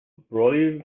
brolly